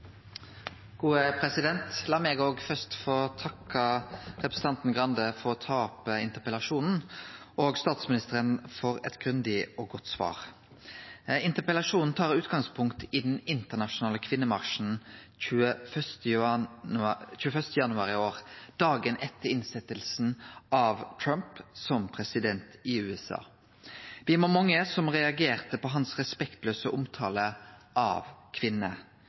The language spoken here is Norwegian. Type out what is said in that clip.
La meg òg først få takke representanten Skei Grande for å ta opp interpellasjonen og statsministeren for eit grundig og godt svar. Interpellasjonen tar utgangspunkt i den internasjonale kvinnemarsjen den 21. januar i år – dagen etter innsetjinga av Trump som president i USA. Me var mange som reagerte på hans respektlause omtale av kvinner.